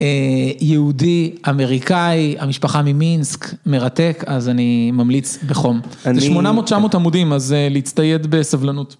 יהודי, אמריקאי, המשפחה ממינסק, מרתק, אז אני ממליץ בחום. אני.. זה 800-900 עמודים, אז להצטייד בסבלנות.